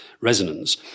resonance